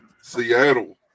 Seattle